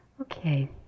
Okay